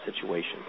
situation